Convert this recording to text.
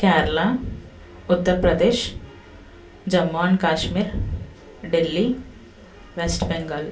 Kerala Uttar Pradesh Jammu and Kashmir Delhi West Bengal